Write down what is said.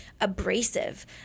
abrasive